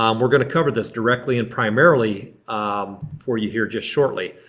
um we're going to cover this directly and primarily um for you here just shortly.